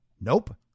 Nope